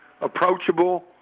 approachable